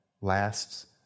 lasts